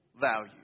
value